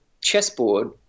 chessboard